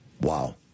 Wow